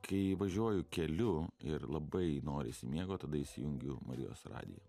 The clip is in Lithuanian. kai važiuoju keliu ir labai norisi miego tada įsijungiu marijos radiją